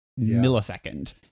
millisecond